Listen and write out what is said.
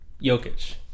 Jokic